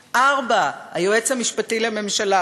4. היועץ המשפטי לממשלה,